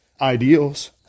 ideals